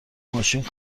ماشین